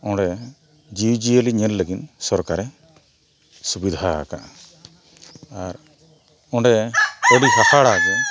ᱚᱸᱰᱮ ᱡᱤᱣᱤ ᱡᱤᱭᱟᱹᱞᱤ ᱧᱮᱞ ᱞᱟᱹᱜᱤᱫ ᱥᱚᱨᱠᱟᱨᱮ ᱥᱩᱵᱤᱫᱷᱟᱣ ᱠᱟᱜᱼᱟ ᱟᱨ ᱚᱸᱰᱮ ᱟᱹᱰᱤ ᱦᱟᱦᱟᱲᱟᱜᱮ